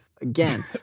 Again